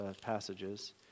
passages